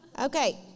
Okay